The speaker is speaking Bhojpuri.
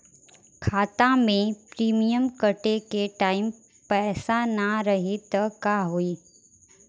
खाता मे प्रीमियम कटे के टाइम पैसा ना रही त का होई?